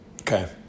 Okay